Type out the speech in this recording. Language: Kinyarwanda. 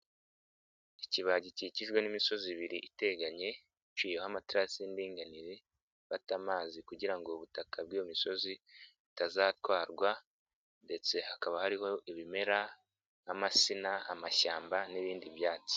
Ikibaya gikikijwe n'imisozi ibiri iteganye iciyeho amatera y'indinganire ifata amazi kugira ngo ubutaka bw'iyo misozi butazatwarwa ndetse hakaba hariho ibimera nk'amasina, amashyamba, n'ibindi byatsi.